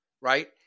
right